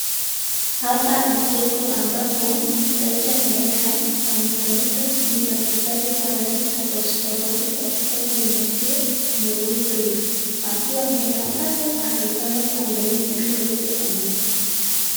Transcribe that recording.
Hapa ni soko ambapo mwuzaji ameweka ametandika slippers zake kwa rangi tofauti tofauti katika gunia hiyo nyeupe akiwa ameweka pale akaipanga kwa laini ili aweze kuuza.